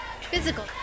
Physical